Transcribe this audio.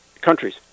countries